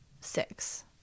six